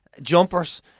jumpers